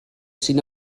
sydd